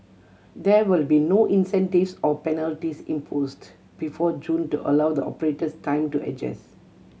there will be no incentives or penalties imposed before June to allow the operators time to adjust